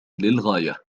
للغاية